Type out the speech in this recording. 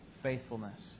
faithfulness